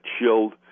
chilled